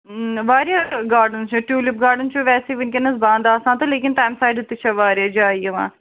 واریاہ گارڈَن چھِ tulip garden چھُ ویسے وُنکٮ۪نَس بَنٛد آسان تہٕ لیکِن تَمہِ سایڈٕ تہِ چھِ واریاہ جایہِ یِوان